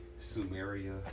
Sumeria